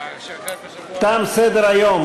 תם סדר-היום.